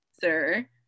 sir